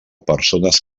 persones